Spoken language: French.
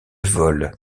vol